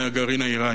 אם לומר את האמת.